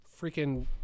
freaking –